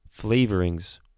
flavorings